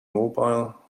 mobile